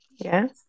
Yes